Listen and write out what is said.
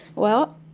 well,